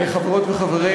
חברות וחברים,